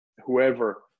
whoever